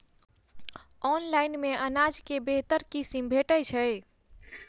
Online मे अनाज केँ बेहतर किसिम भेटय छै?